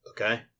Okay